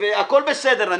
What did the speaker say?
הכול בסדר,